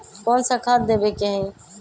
कोन सा खाद देवे के हई?